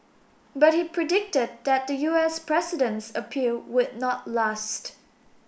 but he predicted that the U S president's appeal would not last